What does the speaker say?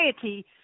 Society